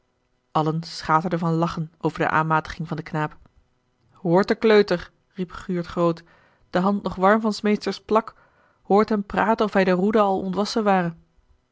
allen schaterden van lachen over de aanmatiging van den knaap hoort den kleuter riep guurt groot de hand nog warm van s meesters plak hoort hem praten of hij de roede al ontwassen ware